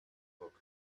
book